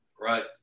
Right